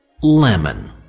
Lemon